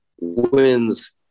wins